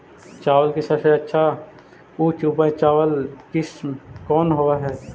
चावल के सबसे अच्छा उच्च उपज चावल किस्म कौन होव हई?